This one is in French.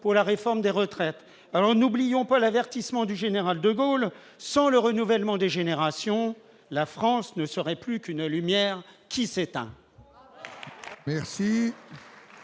pour la réforme des retraites. N'oublions pas l'avertissement du général de Gaulle : sans le renouvellement des générations, la France ne serait plus « qu'une grande lumière qui s'éteint